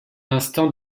instant